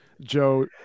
Joe